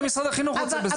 גם משרד החינוך רוצה בזה.